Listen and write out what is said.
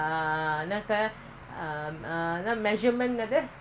safe distance so no friends